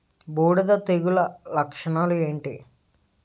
బూడిద తెగుల లక్షణాలు ఏంటి?